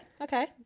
okay